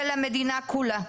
של המדינה כולה.